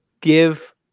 give